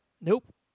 nope